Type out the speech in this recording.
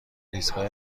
ایستگاه